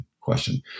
question